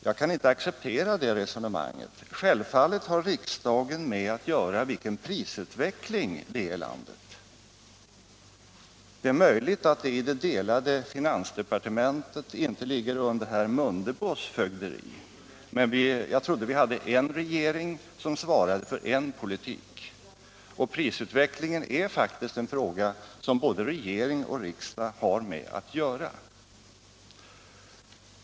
Jag kan inte acceptera det resonemanget. Självfallet har riksdagen att ta ställning till vilken prisutveckling det är i landet. Det är möjligt att frågan i det delade finansdepartementet inte ligger under herr Mundebos fögderi, men jag trodde att vi hade en regering som svarade för en politik, och prisutvecklingen är faktiskt en fråga som både regering och riksdag har att ta ställning till.